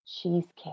cheesecake